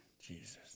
Jesus